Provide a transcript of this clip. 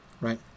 right